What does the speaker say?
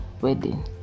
wedding